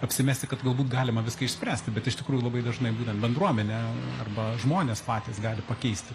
apsimesti kad galbūt galima viską išspręsti bet iš tikrųjų labai dažnai būtent bendruomenė arba žmonės patys gali pakeisti